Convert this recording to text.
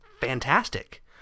fantastic